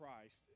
Christ